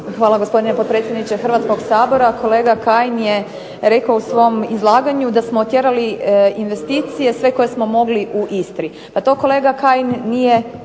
Hvala gospodine potpredsjedniče Hrvatskog sabora. Kolega Kajin je rekao u svom izlaganju da smo otjerali investicije sve koje smo mogli u Istri. Pa to kolega Kajin nije